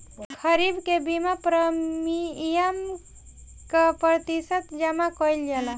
खरीफ के बीमा प्रमिएम क प्रतिशत जमा कयील जाला?